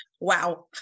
Wow